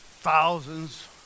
thousands